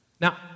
Now